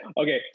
Okay